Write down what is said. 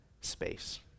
space